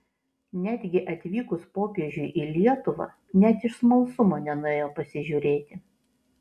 netgi atvykus popiežiui į lietuvą net iš smalsumo nenuėjo pasižiūrėti